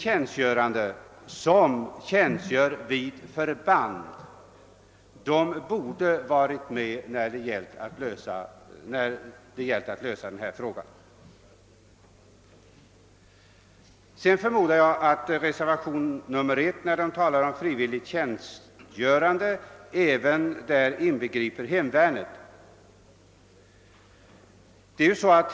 Därför anser jag att de som tjänstgör frivilligt vid förband borde ha inrymts i förslaget. När det i reservationen 1 talas om frivillig personal förmodar jag att även hemvärnet har medräknats.